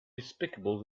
despicable